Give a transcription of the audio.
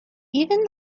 even